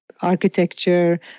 architecture